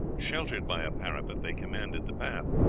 sheltered by a parapet, they commanded the path.